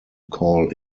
call